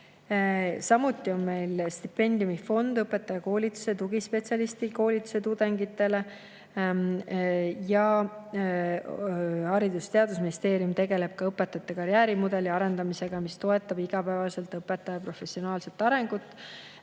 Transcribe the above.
Samuti on meil stipendiumifond õpetajakoolituse ja tugispetsialistikoolituse tudengitele. Haridus- ja Teadusministeerium tegeleb ka õpetajate karjäärimudeli arendamisega, mis toetab igapäevaselt õpetaja professionaalset arengut,